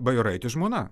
bajoraitė žmona